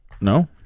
No